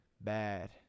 bad